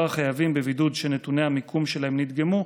החייבים בבידוד שנתוני המיקום שלהם נדגמו,